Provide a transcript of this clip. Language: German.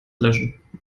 löschen